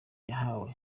bahawe